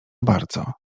bardzo